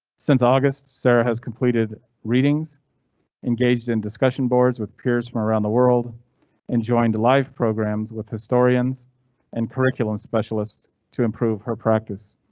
since august, sarah has completed readings engaged in discussion boards with peers from around the world and joined live programs with historians and curriculum specialist to improve her practice.